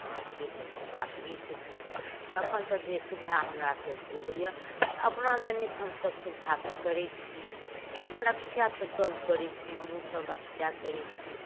हाथके तऽ बात नहि छै कोनो तखन तऽ जे सुविधा हमरा सबके होइया से अपना जनित हमसब सुविधा तऽ करै छी अपन रक्षा तऽ सब करै छी हमहुँ सब रक्षा करै छी